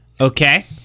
Okay